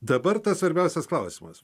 dabar tas svarbiausias klausimas